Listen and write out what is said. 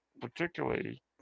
particularly